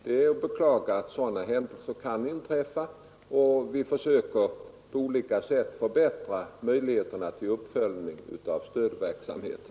Det är att beklaga att sådana händelser kan inträffa, och vi försöker på olika sätt förbättra möjligheterna till uppföljning av stödverksamheten.